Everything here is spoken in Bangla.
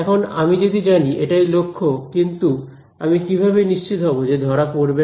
এখন আমি যদি জানি এটাই লক্ষ্য কিন্তু আমি কিভাবে নিশ্চিত হব যে ধরা পড়বে না